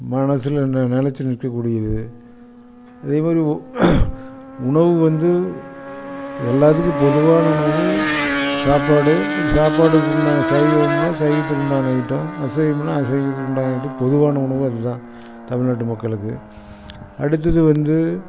மனசில் நெ நிலச்சி நிற்க கூடியது அதேமாதிரி ஓ உணவு வந்து எல்லாத்துக்கும் பொதுவான உணவு சாப்பாடு அந்த சாப்பாட்டுக்கு உண்டான சைவம்ன்னா சைவத்துக்கு உண்டான ஐட்டம் அசைவம்ன்னா அசைவத்துக்கு உண்டான ஐட்டம் பொதுவான உணவு அது தான் தமிழ்நாட்டு மக்களுக்கு அடுத்தது வந்து